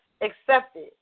accepted